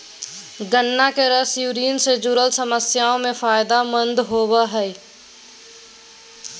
गन्ने के रस यूरिन से जूरल समस्याओं में फायदे मंद होवो हइ